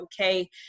okay